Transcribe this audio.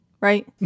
right